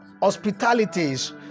hospitalities